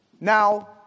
Now